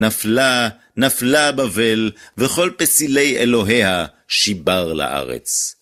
נפלה, נפלה בבל, וכל פסילי אלוהיה שיבר לארץ.